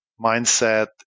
mindset